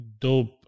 dope